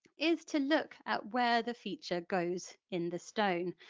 is to look at where the feature goes in the stone.